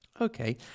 Okay